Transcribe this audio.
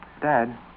Dad